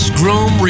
groom